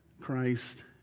Christ